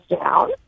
down